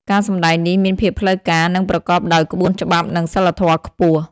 ការសម្តែងនេះមានភាពផ្លូវការ និងប្រកបដោយក្បួនច្បាប់និងសីលធម៌ខ្ពស់។